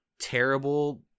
terrible